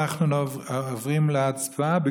אנחנו עוברים להצבעה.